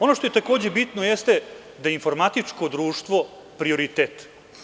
Ono što je takođe bitno jeste da je informatičko društvo prioritet.